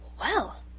Well